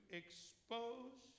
expose